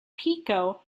pico